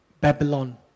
Babylon